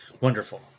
Wonderful